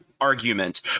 argument